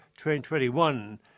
2021